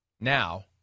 Now